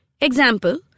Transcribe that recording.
Example